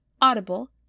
Audible